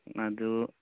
ꯑꯗꯨ